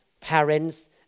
parents